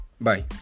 Bye